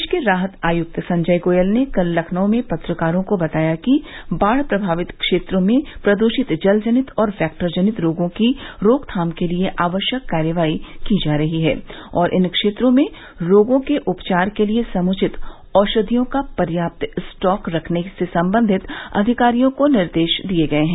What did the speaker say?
प्रदेश के राहत आयुक्त संजय गोयल ने कल लखनऊ में पत्रकारों को बताया कि बाढ़ प्रभावित क्षेत्रों में प्रदृषित जलजनित और वेक्टर जनित रोगों की रोकथाम के लिए आवश्यक कार्यवाही की जा रही है और इन क्षेत्रों में रोगों के उपचार के लिए समूचित औषधियों का पर्याप्त स्टॉक रखने के सम्बन्धित अधिकारियों को निर्देश दिये गये हैं